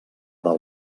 del